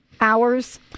hours